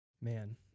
man